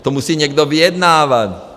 To musí někdo vyjednávat.